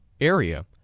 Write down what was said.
area